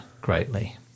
greatly